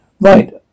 Right